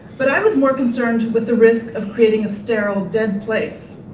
but i was more concerned with the risk of creating a sterile, dead place.